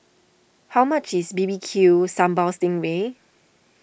how much is B B Q Sambal Sting Ray